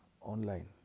online